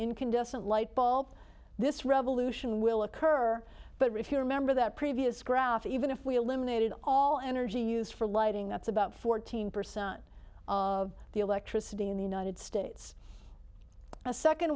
incandescent light bulb this revolution will occur but if you're a member of that previous graph even if we eliminated all energy use for lighting that's about fourteen percent of the electricity in the united states a second